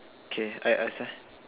okay I ask ah